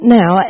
now